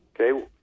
Okay